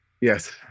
Yes